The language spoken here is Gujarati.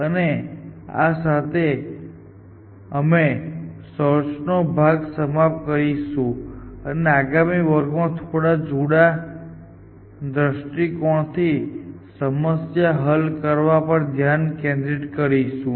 અને આ સાથે અમે સર્ચ નો ભાગ સમાપ્ત કરીશું અને આગામી વર્ગમાં થોડા જુદા દ્રષ્ટિકોણથી સમસ્યા હલ કરવા પર ધ્યાન કેન્દ્રિત કરીશું